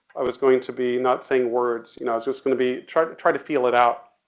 i was going to be not saying words, you know, i was just gonna be try to try to feel it out.